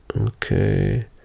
okay